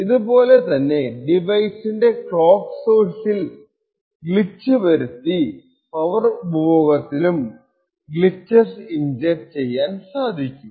ഇതുപോലെ തന്നെ ഡിവൈസിന്റെ ക്ലോക്ക് സോഴ്സിൽ ഗ്ലിച് വരുത്തി പവർ ഉപഭോഗത്തിലും ഗ്ലിചെസ് ഇൻജെക്റ്റ് ചെയ്യാൻ സാധിക്കും